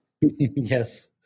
Yes